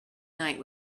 night